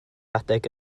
adeg